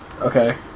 Okay